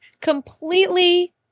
completely